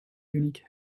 unique